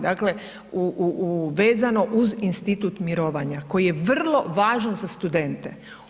Dakle u, vezano uz institut mirovanja koji je vrlo važan za studente.